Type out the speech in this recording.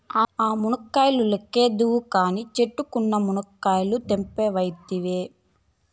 ఆ మునక్కాయ లెక్కేద్దువు కానీ, చెట్టుకున్న మునకాయలు తెంపవైతివే